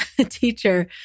teacher